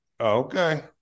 Okay